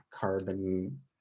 carbon